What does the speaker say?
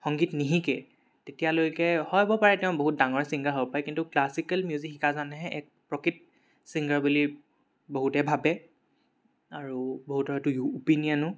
সংগীত নিশিকে তেতিয়ালৈকে হ'ব পাৰে তেওঁ বহুত ডাঙৰ ছিংগাৰ হ'ব পাৰে কিন্তু ক্লাছিকেল মিউজিক শিকাজনহে এক প্ৰকৃত ছিংগাৰ বুলি বহুতে ভাবে আৰু বহুতৰ সেইটো অপিনিয়নো